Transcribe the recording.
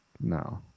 No